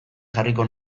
jarriko